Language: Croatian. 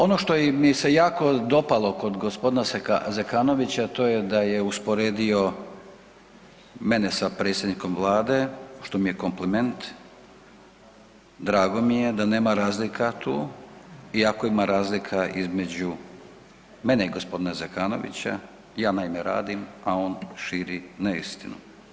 Ono što mi se jako dopalo kod g. Zekanovića to je da je usporedio mene sa predsjednikom Vlade, što mi je kompliment, drago mi je da nema razlika tu, iako ima razlika između mene i g. Zekanovića, ja naime radim, a on širi neistinu.